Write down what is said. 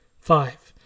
Five